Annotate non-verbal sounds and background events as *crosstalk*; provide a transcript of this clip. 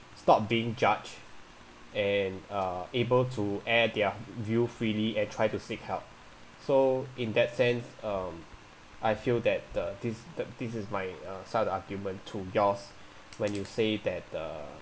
stop being judged and uh able to air their view freely and try to seek help so in that sense um I feel that the this the this is my uh side argument to yours *breath* when you say that uh